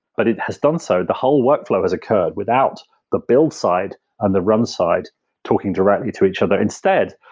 but it has done so the whole workflow has occurred, without the build side and the run side talking directly to each other. instead,